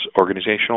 organizational